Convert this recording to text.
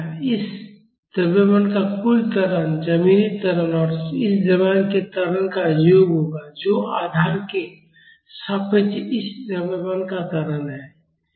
इस द्रव्यमान का कुल त्वरण जमीनी त्वरण और इस द्रव्यमान के त्वरण का योग होगा जो आधार के सापेक्ष इस द्रव्यमान का त्वरण है